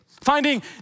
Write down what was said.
finding